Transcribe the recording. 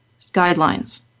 guidelines